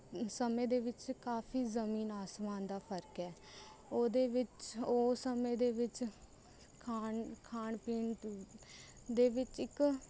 ਸਮੇਂ ਦੇ ਵਿੱਚ ਕਾਫੀ ਜ਼ਮੀਨ ਆਸਮਾਨ ਦਾ ਫਰਕ ਹੈ ਉਹਦੇ ਵਿੱਚ ਉਹ ਸਮੇਂ ਦੇ ਵਿੱਚ ਖਾਣ ਖਾਣ ਪੀਣ ਦੇ ਵਿੱਚ ਇੱਕ